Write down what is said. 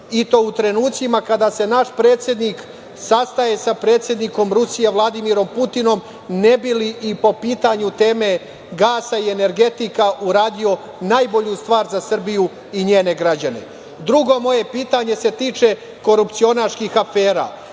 i to u trenucima kada se naš predsednik sastaje sa predsednikom Rusije Vladimirom Putinom ne bi li i po pitanju teme gasa i energetika uradio najbolju stvar za Srbiju i njene građane. Drugo moje pitanje se tiče korupcionaških afera,